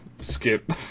skip